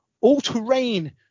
all-terrain